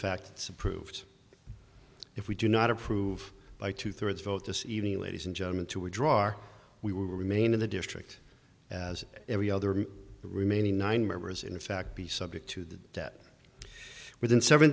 fact it's approved if we do not approve by two thirds vote this evening ladies and gentlemen to withdraw our we were maine in the district as every other remaining nine member is in fact be subject to the debt within seven